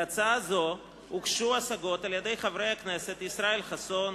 להצעה זו הוגשו השגות על-ידי חברי הכנסת ישראל חסון,